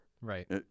Right